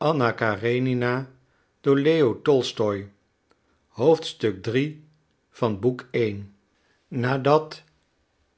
nadat